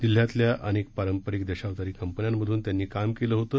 जिल्ह्यातल्या अनेक पारंपरिक दशावतारी कंपन्यांमधून त्यांनी काम केलं होतं